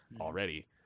already